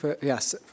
yes